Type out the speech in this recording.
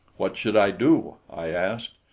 what should i do? i asked.